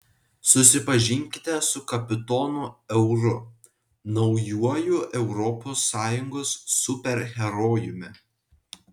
susipažinkite su kapitonu euru naujuoju europos sąjungos superherojumi